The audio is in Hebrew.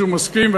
שהוא מסכים,